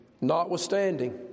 notwithstanding